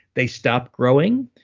they stop growing.